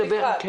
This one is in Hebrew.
זה בנפרד.